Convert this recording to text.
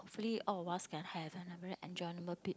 hopefully all of us can has and a very enjoyable bid